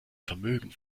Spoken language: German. vermögen